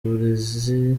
burezi